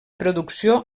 producció